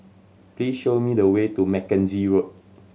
please show me the way to Mackenzie Road